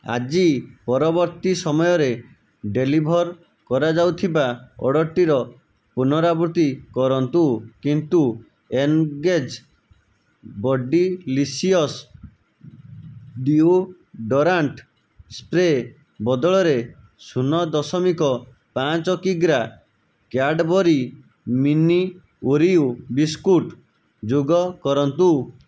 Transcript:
ଆଜି ପରବର୍ତ୍ତୀ ସମୟରେ ଡେଲିଭର୍ କରାଯାଉଥିବା ଅର୍ଡ଼ର୍ଟିର ପୁନରାବୃତ୍ତି କରନ୍ତୁ କିନ୍ତୁ ଏନ୍ଗେଜ୍ ବଡ଼ିଲିସିୟସ୍ ଡିଓଡ଼ରାଣ୍ଟ୍ ସ୍ପ୍ରେ ବଦଳରେ ଶୂନ ଦଶମିକ ପାଞ୍ଚ କିଗ୍ରା କ୍ୟାଡ଼୍ବରି ମିନି ଓରିଓ ବିସ୍କୁଟ୍ ଯୋଗ କରନ୍ତୁ